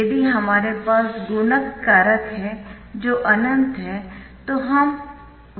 यदि हमारे पास गुणन कारक है जो अनंत है तो हम वैध समीकरण नहीं लिख सकते है